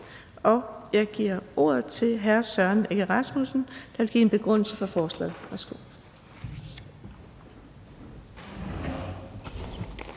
Jeg giver ordet til hr. Søren Egge Rasmussen, der vil give en begrundelse for forslaget.